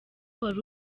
wari